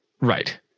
Right